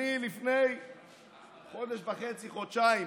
אני לפני חודש וחצי, חודשיים,